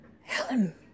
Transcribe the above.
Helen